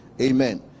Amen